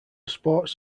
sports